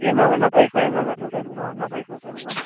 என்ன என்ன ப்ரைஸில் என்ன மாடல் சார் எடுக்கணும் என்ன ப்ரைஸில் சார் எடுக்கணும்